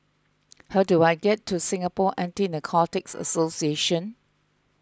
how do I get to Singapore Anti Narcotics Association